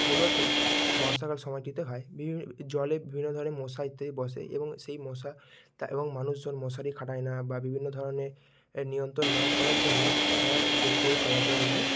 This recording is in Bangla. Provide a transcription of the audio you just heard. মূলত বর্ষাকাল সময়টিতে হয় বিভি জলে বিভিন্ন ধরনের মশা ইত্যাদি বসে এবং সেই মশা তা এবং মানুষজন মশারি খাটায় না বা বিভিন্ন ধরনে নিয়ন্ত্রণ না করার জন্য তারা ডেঙ্গু ও কালাজ্বর রোগে